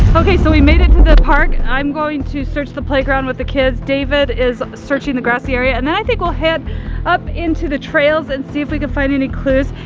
okay, so we made it to the park. i'm going to search the playground with the kids. david is searching the grassy area. and then i think we'll head up into the trails and see if we can find any clues,